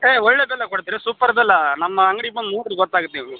ಹೇ ಒಳ್ಳೆಯದೆಲ್ಲ ಕೊಡ್ತೀವ್ ಸೂಪರ್ದೆಲ್ಲ ನಮ್ಮ ಅಂಗ್ಡಿಗೆ ಬಂದು ನೋಡಿ ಗೊತ್ತಾಗತ್ತೆ ನಿಮ್ಗೆ